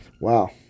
Wow